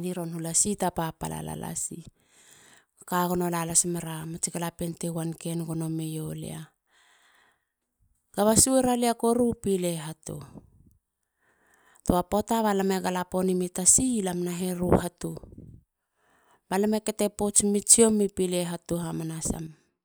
li ron hula sita papala. lalasi. kagono la lasmera mats galapien ti wanken meio lia. Gaba sueralia koru pile hatu. Tua poata balame gala ponmi tasi lam na heru hatu. balame kate pouts mume tsiom mi pile hatu hamanasam